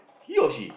he or she